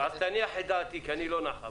רק תניח את דעתי, כי היא לא נחה.